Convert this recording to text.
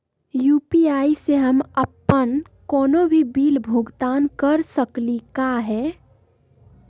UPI स हम अप्पन कोनो भी बिल भुगतान कर सकली का हे?